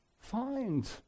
find